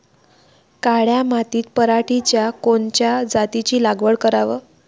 काळ्या मातीत पराटीच्या कोनच्या जातीची लागवड कराव?